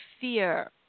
fear